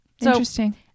interesting